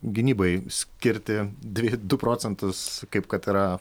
gynybai skirti dvi du procentus kaip kad yra